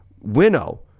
winnow